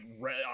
red